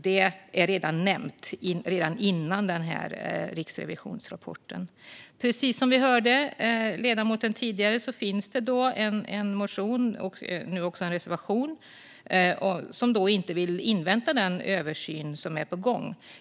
Det är alltså nämnt redan innan Riksrevisionens rapport kom. Som vi hörde tidigare från ledamoten Hänel Sandström finns det en motion och nu också en reservation. Man vill alltså inte invänta den översyn som är på gång.